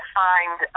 find